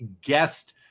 guest